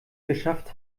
geschafft